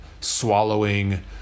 swallowing